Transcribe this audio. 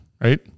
right